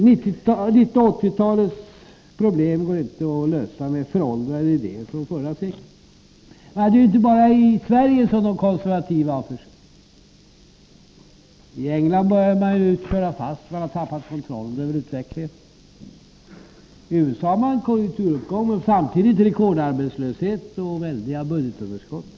1980-talets problem går inte att lösa med föråldrade idéer från förra seklet. Det är inte bara i Sverige som de konservativa har försökt. I England börjar man köra fast, man har tappat kontrollen över utvecklingen. I USA har man en konjunkturuppgång men samtidigt rekordarbetslöshet och väldiga budgetunderskott.